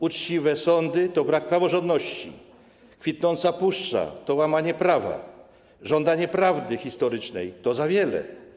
Uczciwe sądy to brak praworządności, kwitnąca puszcza to łamanie prawa, żądanie prawdy historycznej to za wiele.